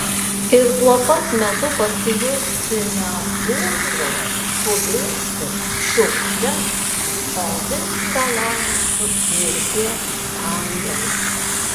ir tuo pat metu pasijusti ne pūzru puvėsiu šiukšle o viską lemiančiu mirties angelu